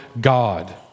God